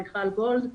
מיכל גולד,